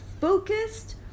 focused